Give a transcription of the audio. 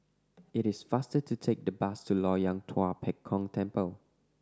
it is faster to take the bus to Loyang Tua Pek Kong Temple